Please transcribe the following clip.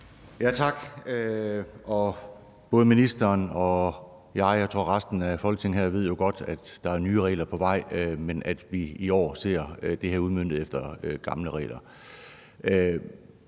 (V): Tak. Både ministeren og jeg og resten af Folketinget her, tror jeg, ved jo godt, at der er nye regler på vej, men at vi i år ser det her udmøntet efter gamle regler.